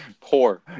poor